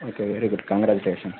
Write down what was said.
okay very good congratulations